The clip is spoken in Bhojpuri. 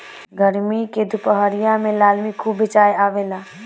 गरमी के दुपहरिया में लालमि खूब बेचाय आवेला